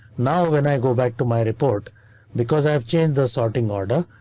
now when i go back to my report because i've changed the sorting order.